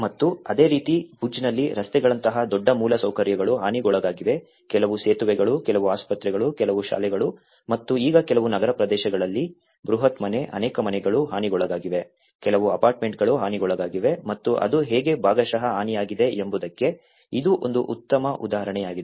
ಮತ್ತು ಅದೇ ರೀತಿ ಭುಜ್ನಲ್ಲಿ ರಸ್ತೆಗಳಂತಹ ದೊಡ್ಡ ಮೂಲಸೌಕರ್ಯಗಳು ಹಾನಿಗೊಳಗಾಗಿವೆ ಕೆಲವು ಸೇತುವೆಗಳು ಕೆಲವು ಆಸ್ಪತ್ರೆಗಳು ಕೆಲವು ಶಾಲೆಗಳು ಮತ್ತು ಈಗ ಕೆಲವು ನಗರ ಪ್ರದೇಶಗಳಲ್ಲಿ ಬೃಹತ್ ಮನೆ ಅನೇಕ ಮನೆಗಳು ಹಾನಿಗೊಳಗಾಗಿವೆ ಕೆಲವು ಅಪಾರ್ಟ್ಮೆಂಟ್ಗಳು ಹಾನಿಗೊಳಗಾಗಿವೆ ಮತ್ತು ಅದು ಹೇಗೆ ಭಾಗಶಃ ಹಾನಿಯಾಗಿದೆ ಎಂಬುದಕ್ಕೆ ಇದು ಒಂದು ಉತ್ತಮ ಉದಾಹರಣೆಯಾಗಿದೆ